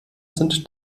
sind